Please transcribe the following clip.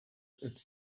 its